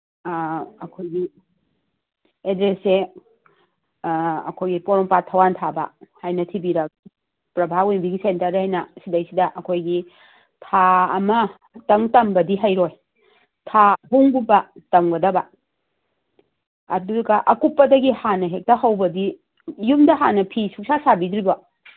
ꯑꯩꯈꯣꯏꯒꯤ ꯑꯦꯗ꯭ꯔꯦꯁꯁꯦ ꯑꯩꯈꯣꯏꯒꯤ ꯄꯣꯔꯣꯝꯄꯥꯠ ꯊꯋꯥꯟꯊꯥꯕ ꯍꯥꯏꯅ ꯊꯤꯕꯤꯔꯛ ꯄ꯭ꯔꯚꯥ ꯋꯤꯕꯤꯡ ꯁꯦꯟꯇꯔ ꯍꯥꯏꯅ ꯁꯤꯗꯩꯁꯤꯗ ꯑꯩꯈꯣꯏꯒꯤ ꯊꯥ ꯑꯃꯇꯪ ꯇꯝꯕꯗꯤ ꯍꯩꯔꯣꯏ ꯊꯥ ꯑꯍꯨꯝꯒꯨꯝꯕ ꯇꯝꯒꯗꯕ ꯑꯗꯨꯒ ꯑꯀꯨꯞꯄꯗꯒꯤ ꯍꯥꯟꯅ ꯍꯦꯛꯇ ꯍꯧꯕꯗꯤ ꯌꯨꯝꯗ ꯍꯥꯟꯅ ꯐꯤ ꯁꯨꯡꯁꯥ ꯁꯥꯕꯤꯗ꯭ꯔꯤꯕꯣ